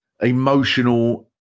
emotional